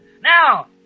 Now